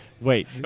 Wait